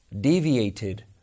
deviated